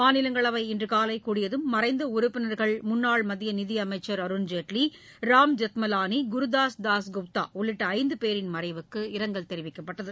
மாநிலங்களவை இன்று காலை கூடியதும் மறைந்த உறுப்பினர்கள் முன்னாள் மத்திய நிதி அமைச்சர் அருண்ஜேட்லி ராம்ஜெத்மலாளி குருதாஸ் தாஸ் குப்தா உள்ளிட்ட ஐந்து பேரின் மறைவுக்கு இரங்கல் தெரிவிக்கப்பட்டது